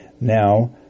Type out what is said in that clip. Now